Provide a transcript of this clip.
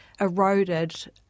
eroded